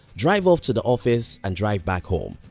drive off to the office and drive back home,